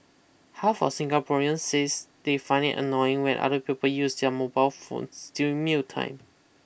half of Singaporeans says they find it annoying when other people use their mobile phones during mealtime